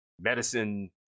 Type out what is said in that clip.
medicine